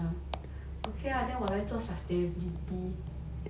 ya